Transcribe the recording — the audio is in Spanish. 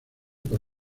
por